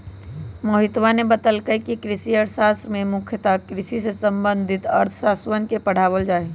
मोहितवा ने बतल कई कि कृषि अर्थशास्त्र में मुख्यतः कृषि से संबंधित अर्थशास्त्रवन के पढ़ावल जाहई